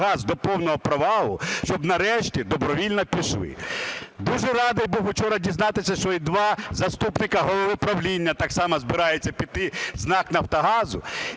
Дуже радий був учора дізнатися, що і два заступника голови правління так само збираються піти з НАК "Нафтогазу",